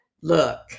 look